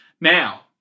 Now